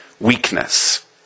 weakness